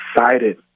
excited